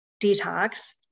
detox